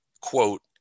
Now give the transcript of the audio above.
quote